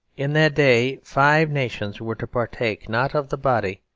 in that day five nations were to partake not of the body,